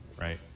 Right